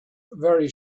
very